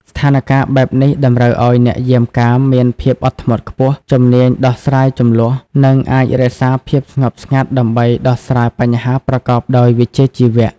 ស្ថានការណ៍បែបនេះតម្រូវឲ្យអ្នកយាមកាមមាន ភាពអត់ធ្មត់ខ្ពស់ ជំនាញដោះស្រាយជម្លោះ និងអាចរក្សាភាពស្ងប់ស្ងាត់ដើម្បីដោះស្រាយបញ្ហាប្រកបដោយវិជ្ជាជីវៈ។